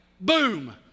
Boom